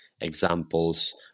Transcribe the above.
examples